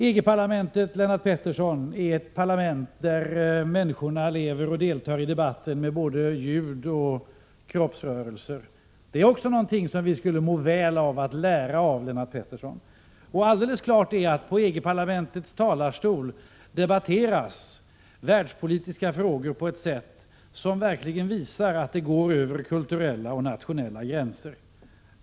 EG-parlamentet, Lennart Pettersson, är ett parlament där människorna lever med i och deltar i debatten både ljudligt och med kroppsrörelser. Det är också någonting som vi skulle må väl av att lära oss, Lennart Pettersson. Alldeles klart är att världspolitiska frågor debatteras i EG-parlamentets talarstol på ett sätt som verkligen visar att debatten går över kulturella och nationella gränser.